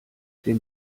den